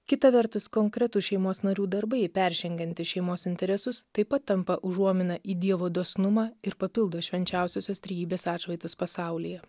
kita vertus konkretūs šeimos narių darbai peržengiantys šeimos interesus taip pat tampa užuomina į dievo dosnumą ir papildo švenčiausiosios trejybės atšvaitus pasaulyje